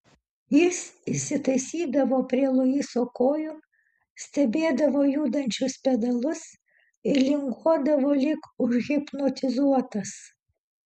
jis įsitaisydavo prie luiso kojų stebėdavo judančius pedalus ir linguodavo lyg užhipnotizuotas